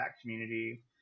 community